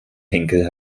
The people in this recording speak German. henkel